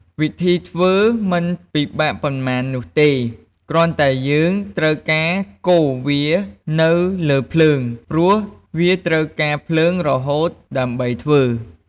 វិធីធ្វើមិនពិបាកប៉ុន្មាននោះទេ គ្រាន់តែយើងត្រូវការកូរវានៅលើភ្លើង ព្រោះវាត្រូវការភ្លើងរហូតដើម្បីធ្វើ។